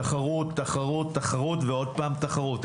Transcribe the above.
תחרות, תחרות, תחרות ועוד פעם תחרות.